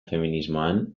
feminismoan